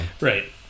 Right